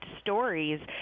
stories